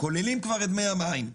כוללים כבר את דמי המים.